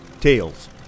Tails